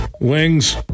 Wings